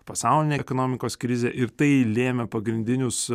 pasaulinė ekonomikos krizė ir tai lėmė pagrindinius